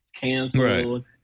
canceled